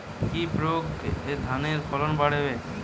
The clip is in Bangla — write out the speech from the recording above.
কি প্রয়গে ধানের ফলন বাড়বে?